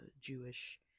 jewish